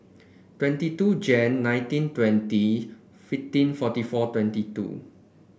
twenty two Jan nineteen twenty fifteen forty four twenty two